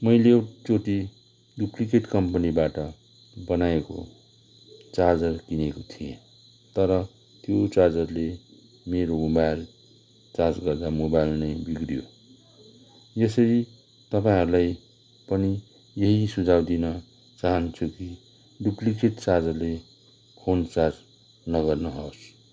मैले एकचोटि डुप्लिकेट कम्पनीबाट बनाएको चार्जर किनेको थिएँ तर त्यो चार्जरले मेरो मोबाइल चार्ज गर्दा मोबाइल नै बिग्रियो यसरी तपाईँहरूलाई पनि यही सुझाउ दिन चाहन्छु कि डुप्लिकेट चार्जरले फोन चार्ज नगर्नुहोस्